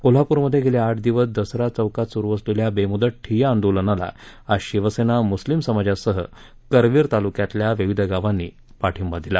कोल्हापूरमधे गेले आठ दिवस दसरा चौकात सुरू असणाऱ्या बेमुदत ठिय्या आंदोलनाला आज शिवसेना मुस्लिम समाजासह करवीर तालुक्यातील विविध गावांनी पाठींबा दिला